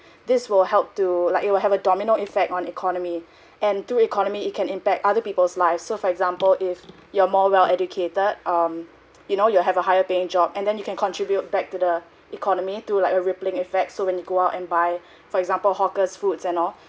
this will help to like it will have a domino effect on economy and through economy it can impact other people's life so for example if you are more well educated um you know you have a higher paying job and then you can contribute back to the economy to like a rippling effect so when you go out and buy for example hawker's foods and all